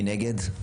מי נגד?